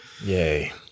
Yay